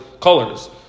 colors